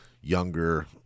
younger